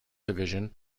division